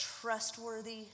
trustworthy